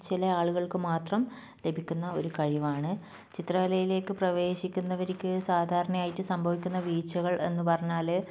ചില ആളുകൾക്ക് മാത്രം ലഭിക്കുന്ന ഒരു കഴിവാണ് ചിത്രകലയിലേക്ക് പ്രവേശിക്കുന്നവർക്ക് സാധാരണയായിട്ട് സംഭവിക്കുന്ന വീഴ്ചകൾ എന്നു പറഞ്ഞാൽ